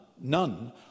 none